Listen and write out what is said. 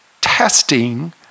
testing